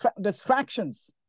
distractions